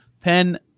pen